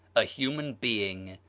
a human being,